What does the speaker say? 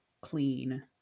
clean